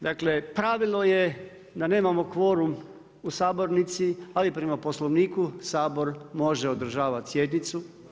Dakle, pravilo je da nemamo kvorum u sabornici, ali prema Poslovniku Sabor može održavat sjednicu.